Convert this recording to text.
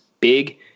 big